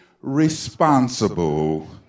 responsible